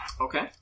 Okay